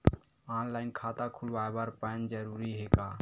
Online खाता खुलवाय बर पैन जरूरी हे का?